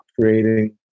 creating